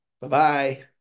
Bye-bye